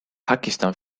pakistan